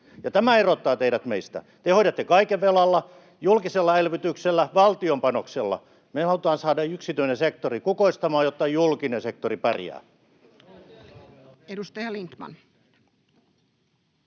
tämä erottaa teidät meistä. Te hoidatte kaiken velalla, julkisella elvytyksellä, valtion panoksella; me halutaan saada yksityinen sektori kukoistamaan, jotta julkinen sektori pärjää.